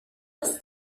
this